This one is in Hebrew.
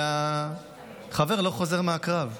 והחבר לא חוזר מהקרב.